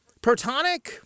Protonic